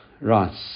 Right